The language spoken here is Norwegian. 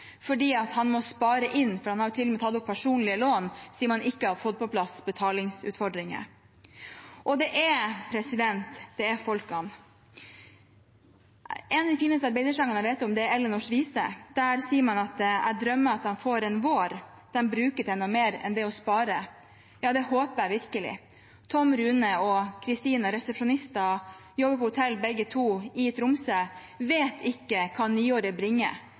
fordi han må spare inn. Han har til og med tatt opp personlige lån siden man ikke har fått på plass betalingsutfordringene. En av de fineste arbeidersangene jeg vet om, er «Ellinors vise». Der sier man: «Æ drømme at dæm får en vår dæm bruke te nå’ meir enn det å spare.» Det håper jeg virkelig. Tom Rune og Kristine, begge to resepsjonister som jobber på hotell i Tromsø, vet ikke hva nyåret bringer.